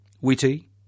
witty